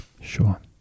Sure